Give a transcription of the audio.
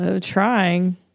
Trying